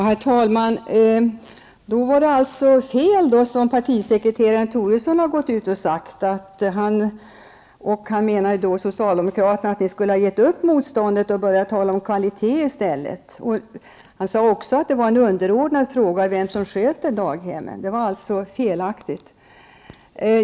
Herr talman! I så fall är det som partisekreteraren Toresson har sagt fel. Han menar att socialdemokraterna skulle ha gett upp motståndet och börjat tala om kvalitet i stället. Han har också sagt att frågan om vem som sköter daghemmen är underordnad. Det var således felaktigt.